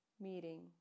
meeting